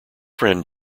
friend